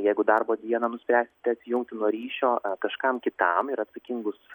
jeigu darbo dieną nuspręsite atsijungti nuo ryšio kažkam kitam ir atsakingus